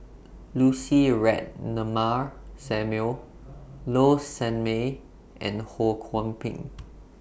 Lucy Ratnammah Samuel Low Sanmay and Ho Kwon Ping